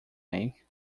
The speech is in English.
make